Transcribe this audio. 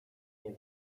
nie